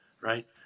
right